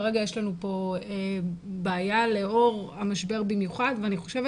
כרגע יש לנו כאן בעיה לאור המשבר במיוחד ואני חושבת